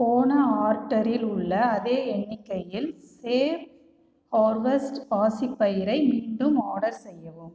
போன ஆர்டரில் உள்ள அதே எண்ணிக்கையில் சேஃப் ஹார்வெஸ்ட் பாசிப்பயிறை மீண்டும் ஆர்டர் செய்யவும்